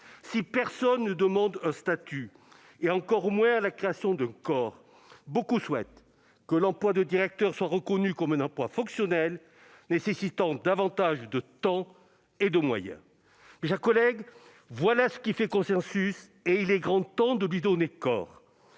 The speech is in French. Si personne ne demande un statut et encore moins la création d'un corps, beaucoup souhaitent que l'emploi de directeur soit reconnu comme un emploi fonctionnel, nécessitant davantage de temps et de moyens. Mes chers collègues, voilà ce qui fait consensus ; il est grand temps d'y donner corps.